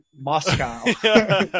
moscow